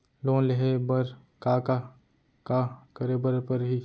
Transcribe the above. Loan लेहे बर का का का करे बर परहि?